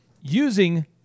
using